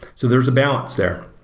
so there's a balance there,